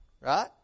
right